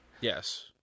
Yes